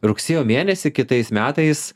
rugsėjo mėnesį kitais metais